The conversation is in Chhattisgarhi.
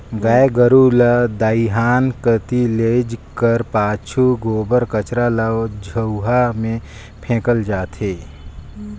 गाय गरू ल दईहान कती लेइजे कर पाछू गोबर कचरा ल झउहा मे फेकल जाथे